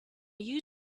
you